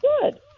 Good